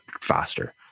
faster